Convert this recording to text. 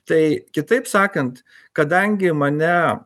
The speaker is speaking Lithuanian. tai kitaip sakant kadangi mane